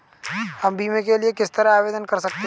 हम बीमे के लिए किस तरह आवेदन कर सकते हैं?